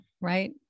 right